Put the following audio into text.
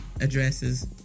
addresses